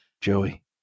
Joey